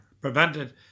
prevented